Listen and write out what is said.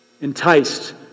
Enticed